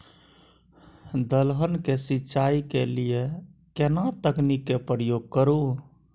दलहन के सिंचाई के लिए केना तकनीक के प्रयोग करू?